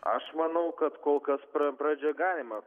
aš manau kad kol kas pra pradžia galima